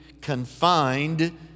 confined